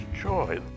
joy